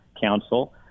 council